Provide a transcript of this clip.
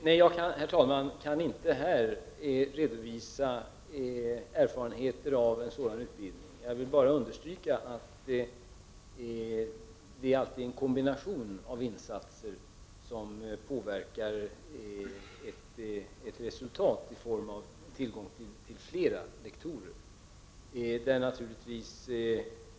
Herr talman! Nej, jag kan här inte redovisa erfarenheterna av en sådan utbildning. Jag vill bara understryka att det alltid är en kombination av insatser som påverkar resultatet i form av tillgång till flera lektorer.